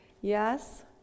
Yes